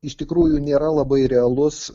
iš tikrųjų nėra labai realus